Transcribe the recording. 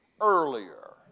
earlier